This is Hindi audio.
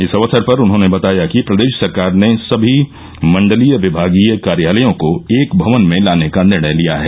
इस अवसर पर उन्होंने बताया कि प्रदेश सरकार ने सभी मण्डलीय विमागीय कार्यालयों को एक भवन में लाने का निर्णय लिया है